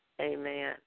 Amen